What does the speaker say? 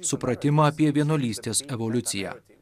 supratimą apie vienuolystės evoliuciją